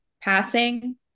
passing